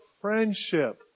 friendship